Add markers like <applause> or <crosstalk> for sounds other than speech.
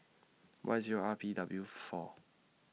Y Zero R P W four <noise>